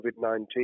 COVID-19